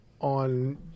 on